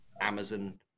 Amazon